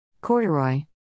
Corduroy